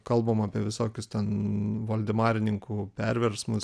kalbam apie visokius ten voldemarininkų perversmus